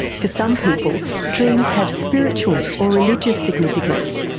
for some people dreams have spiritual or religious significance,